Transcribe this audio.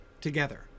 together